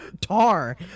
tar